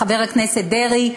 חבר הכנסת דרעי,